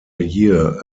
year